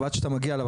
ועד שאתה מגיע אליו,